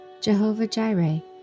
Jehovah-Jireh